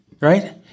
right